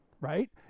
right